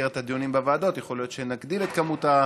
במסגרת הדיונים בוועדות יכול להיות שנגדיל את המספר,